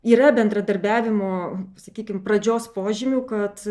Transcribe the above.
yra bendradarbiavimo sakykim pradžios požymių kad